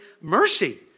mercy